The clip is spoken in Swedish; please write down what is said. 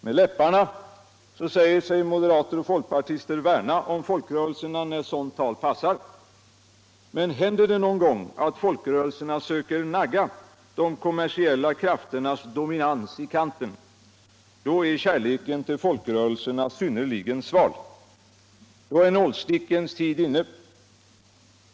Med läpparna säger sig moderater och folkpartister värna om folkrörelserna, när sådant tal passar, men händer det någon gång att tfolkrörelserna söker nagga de kommersiella krafternas dominans i kanten, då är kärleken till folkrörelserna synnerligen sval. Då är nålstickens tid inne.